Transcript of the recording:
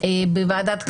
בוועדת הכספים,